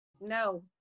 No